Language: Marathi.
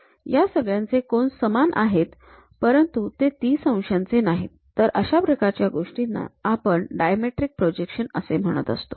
या सगळ्यांचे कोन सामान आहेत परंतु तो ३० अंशांचे नाहीत तर अशा प्रकारच्या गोष्टींना आपण डायमेट्रिक प्रोजेक्शन असे म्हणत असतो